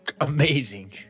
amazing